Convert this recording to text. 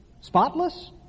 spotless